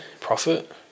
profit